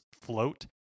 float